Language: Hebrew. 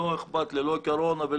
לא אכפת לי הקורונה.